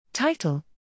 Title